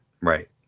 right